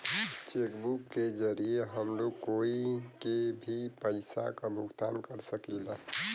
check book के जरिये हम लोग कोई के भी पइसा क भुगतान कर सकीला